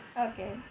Okay